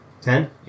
ten